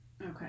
Okay